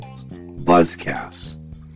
Buzzcast